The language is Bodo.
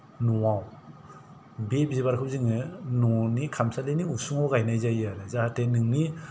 न'आव बे बिबारखौ जोङो न'नि खामसालिनि उसुङाव गायनाय जायो आरो जाहाथे नोंनि